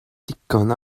digon